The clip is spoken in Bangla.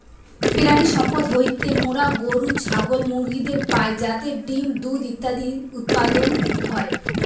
প্রাণিসম্পদ হইতে মোরা গরু, ছাগল, মুরগিদের পাই যাতে ডিম্, দুধ ইত্যাদি উৎপাদন হয়